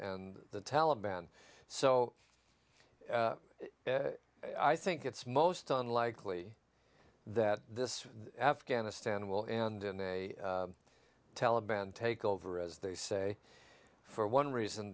and the taliban so i think it's most unlikely that this afghanistan will end in a taliban takeover as they say for one reason